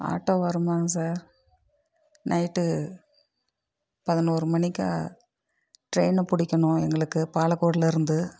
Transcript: auto வருமாங்க sir night பதினொரு மணிக்கா ட்ரெயினை பிடிக்கணும் எங்களுக்கு பாலக்கோடிலருந்து